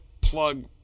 plug